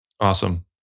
Awesome